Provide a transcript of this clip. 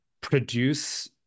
produce